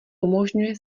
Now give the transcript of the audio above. umožňuje